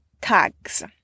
tags